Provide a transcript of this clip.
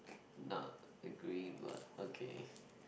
not agree but okay